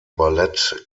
ballett